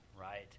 right